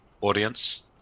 Audience